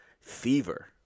fever